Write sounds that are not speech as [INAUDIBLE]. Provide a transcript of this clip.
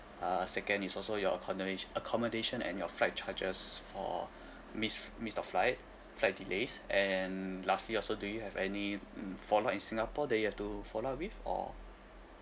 uh second is also your accomoda~ accommodation and your flight charges for [BREATH] missed missed of flight flight delays and lastly also do you have any mm follow up in singapore that you have to follow up with or